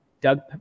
Doug